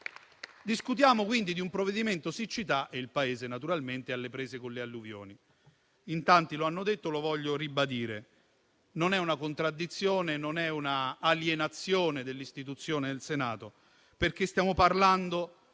Discutiamo quindi di un provvedimento siccità e il Paese è alle prese con le alluvioni. In tanti lo hanno detto e lo voglio ribadire: non è una contraddizione, non è una alienazione dell'istituzione del Senato, perché stiamo parlando